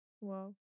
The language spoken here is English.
Wow